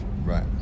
right